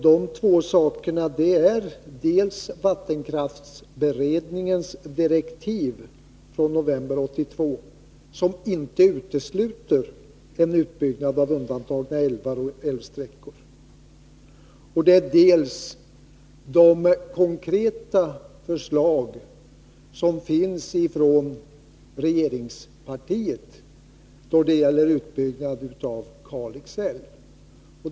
De två sakerna är dels vattenkraftsberedningens direktiv från november 1982, som inte utesluter en utbyggnad av undantagna älvar och älvsträckor, dels de konkreta förslag från representanter för regeringspartiet som finns gällande utbyggnad av Kalix älv.